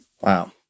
Wow